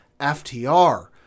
FTR